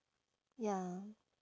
ya